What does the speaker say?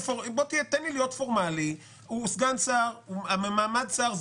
תן לי להיות פורמלי: הוא סגן שר במעמד שר,